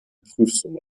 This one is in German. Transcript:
prüfsumme